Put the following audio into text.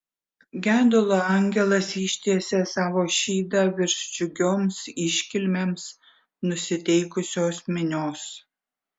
gedulo angelas ištiesė savo šydą virš džiugioms iškilmėms nusiteikusios minios